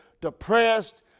depressed